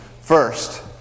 first